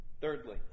Thirdly